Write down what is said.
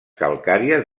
calcàries